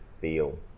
feel